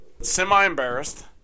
semi-embarrassed